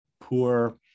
poor